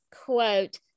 quote